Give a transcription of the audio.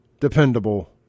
dependable